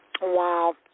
Wow